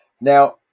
Now